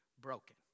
broken